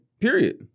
Period